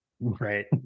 Right